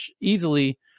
easily